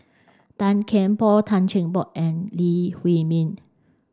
Tan Kian Por Tan Cheng Bock and Lee Huei Min